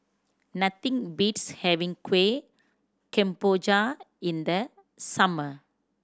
nothing beats having Kueh Kemboja in the summer